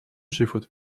живет